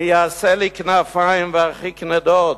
מי יעשה לי כנפיים וארחיק נדוד,